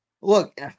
Look